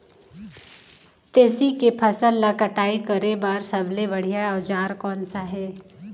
तेसी के फसल ला कटाई करे बार सबले बढ़िया औजार कोन सा हे?